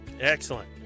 Excellent